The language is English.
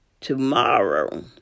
tomorrow